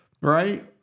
right